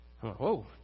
Whoa